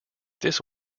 this